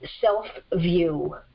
self-view